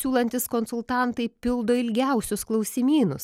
siūlantys konsultantai pildo ilgiausius klausimynus